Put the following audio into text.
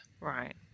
Right